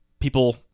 people